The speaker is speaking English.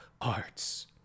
arts